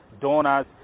donors